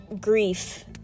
grief